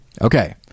okay